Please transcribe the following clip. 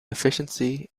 efficiency